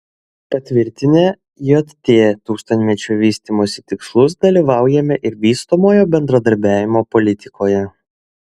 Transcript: patvirtinę jt tūkstantmečio vystymosi tikslus dalyvaujame ir vystomojo bendradarbiavimo politikoje